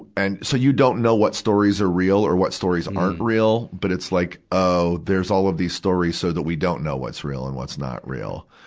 and, so you don't know what stories are real or what stories aren't real. but it's like, oh, there's all of these stories so we don't know what's real and what's not real.